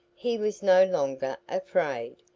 he was no longer afraid,